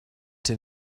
den